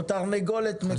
או תרנגולת מטילה ביצי זהב.